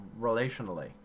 relationally